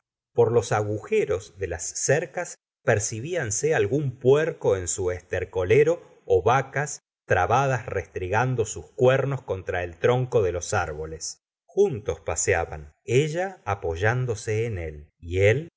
por los agujeros de las cercas percibianse algún puerco en un estercolero ó vacas trabadas restregando sus cuernos contra el tronco de los árboles juntos paseaban ella apoyándose en él y él